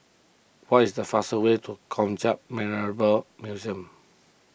what is the fastest way to Kong Hiap Memorial Museum